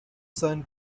sun